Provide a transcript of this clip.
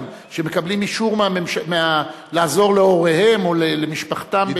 שמקבלים אישור לעזור להוריהם או למשפחתם.